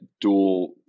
dual